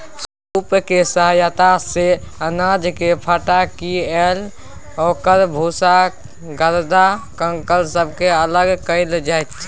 सूपक सहायता सँ अनाजकेँ फटकिकए ओकर भूसा गरदा कंकड़ सबके अलग कएल जाइत छै